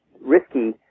risky